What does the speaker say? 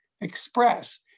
express